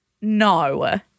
No